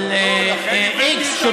של x,